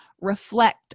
reflect